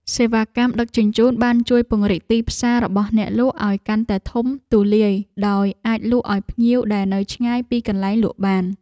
សេវាកម្មដឹកជញ្ជូនបានជួយពង្រីកទីផ្សាររបស់អ្នកលក់ឱ្យកាន់តែធំទូលាយដោយអាចលក់ឱ្យភ្ញៀវដែលនៅឆ្ងាយពីកន្លែងលក់បាន។